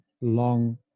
long